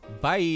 Bye